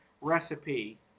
recipe